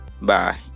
bye